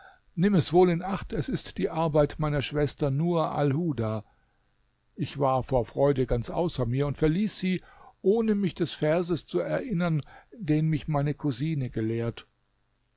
nimm es wohl in acht es ist die arbeit meiner schwester nur alhuda ich war vor freude ganz außer mir und verließ sie ohne mich des verses zu erinnern den mich meine cousine gelehrt